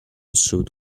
suit